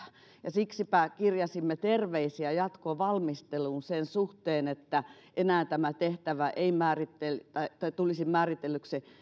siksipä kirjasimme terveisiä jatkovalmisteluun sen suhteen että enää tämä tehtävä ei tulisi määritellyksi